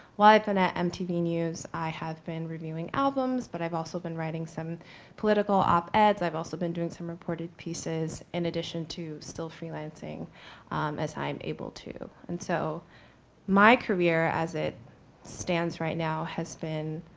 while i've been at mtv news, i have been reviewing albums, but i've also been writing some political op eds. i've also been doing some reported pieces, in addition to still freelancing as i am able to. and so my career as it stands right now has been